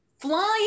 flying